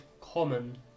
common